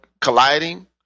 colliding